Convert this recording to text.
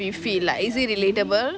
we feel lah is it relatable